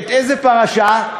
איזו פרשה?